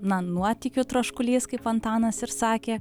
na nuotykių troškulys kaip antanas ir sakė